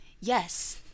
Yes